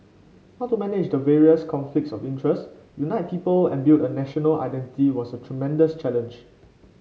how to manage the various conflicts of interest unite people and build a national identity was a tremendous challenge